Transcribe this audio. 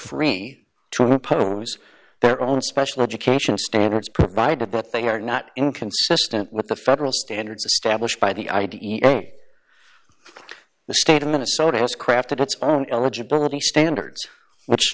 free to impose their own special education standards provided but they are not inconsistent with the federal standards established by the i d e a the state of minnesota has crafted its own eligibility standards which